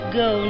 go